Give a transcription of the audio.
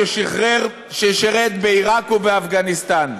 ששירת בעיראק ובאפגניסטן.